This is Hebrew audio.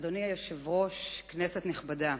אדוני היושב-ראש, כנסת נכבדה,